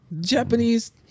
Japanese